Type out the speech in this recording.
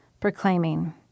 proclaiming